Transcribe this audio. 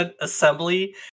assembly